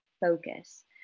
focus